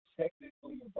technically